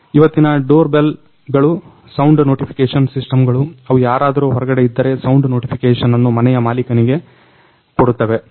ಇವತ್ತಿನ ಡೋರ್ಬೆಲ್ ಗಳು sound notification ಸಿಸ್ಟಮ್ಗಳು ಅವು ಯಾರಾದರು ಹೊರಗಡೆ ಇದ್ದರೆ ಸೌಂಡ್ ನೋಟಿಫಿಕೇಷನ್ ಅನ್ನು ಮನೆಯ ಮಾಲಿಕನಿಗೆ ಅನ್ನು ಕೊಡುತ್ತವೆ